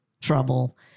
trouble